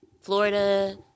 Florida